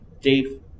Dave